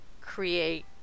create